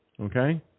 Okay